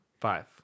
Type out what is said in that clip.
five